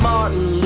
Martin